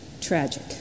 Tragic